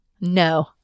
No